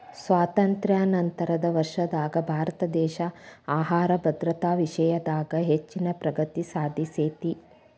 ಸ್ವಾತಂತ್ರ್ಯ ನಂತರದ ವರ್ಷದಾಗ ಭಾರತದೇಶ ಆಹಾರ ಭದ್ರತಾ ವಿಷಯದಾಗ ಹೆಚ್ಚಿನ ಪ್ರಗತಿ ಸಾಧಿಸೇತಿ